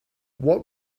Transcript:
what